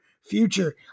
future